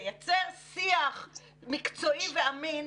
לייצר שיח מקצועי ואמין,